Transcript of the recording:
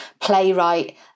playwright